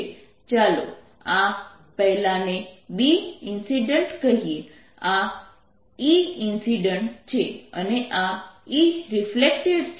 ચાલો આ પહેલાને BI B ઇન્સિડેન્ટ કહીએ આ EI E ઇન્સિડેન્ટ છે અને આ ER E રિફ્લેક્ટેડ છે